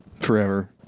Forever